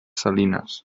salines